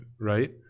right